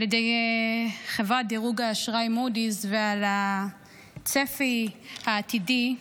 ידי חברת דירוג האשראי מודי'ס ועל הצפי העתידי,